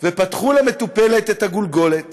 ופתחו למטופלת את הגולגולת